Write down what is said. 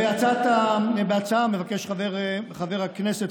בהצעה מבקש חבר הכנסת,